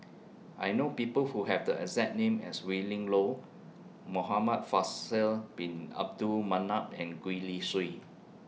I know People Who Have The exact name as Willin Low Muhamad Faisal Bin Abdul Manap and Gwee Li Sui